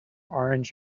orange